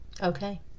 okay